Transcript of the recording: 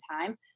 time